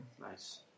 Nice